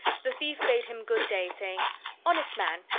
the thief bade him good-day, saying honest man,